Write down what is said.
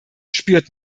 spürt